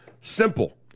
Simple